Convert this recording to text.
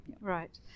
Right